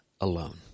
alone